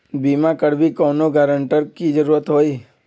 बिमा करबी कैउनो गारंटर की जरूरत होई?